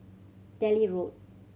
Delhi Road